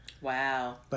Wow